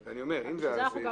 אנחנו גם